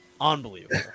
Unbelievable